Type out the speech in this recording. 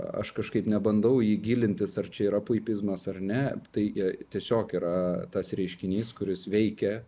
aš kažkaip nebandau į jį gilintis ar čia yra puipizmas ar ne tai tiesiog yra tas reiškinys kuris veikia